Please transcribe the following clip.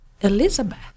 Elizabeth